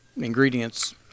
ingredients